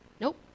Nope